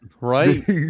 right